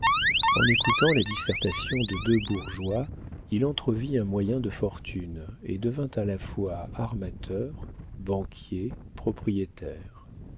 en écoutant la dissertation de deux bourgeois il entrevit un moyen de fortune et devint à la fois armateur banquier propriétaire